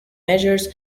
measures